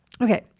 Okay